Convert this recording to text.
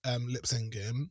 lip-syncing